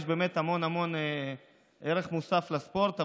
יש באמת המון המון ערך מוסף לספורט,